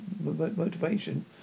motivation